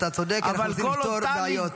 אתה צודק, אנחנו מנסים לפתור בעיות.